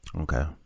Okay